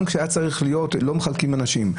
גם כשהיה צריך להיות לא מחלקים אנשים,